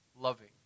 loving